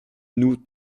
nous